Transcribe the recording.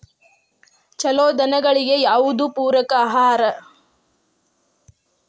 ಛಲೋ ದನಗಳಿಗೆ ಯಾವ್ದು ಪೂರಕ ಆಹಾರ?